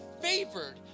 favored